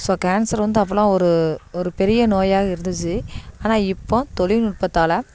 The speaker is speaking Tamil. ஸோ கேன்சர் வந்து அப்போலாம் ஒரு ஒரு பெரிய நோயாக இருந்துச்சு ஆனால் இப்போது தொழில்நுட்பத்தால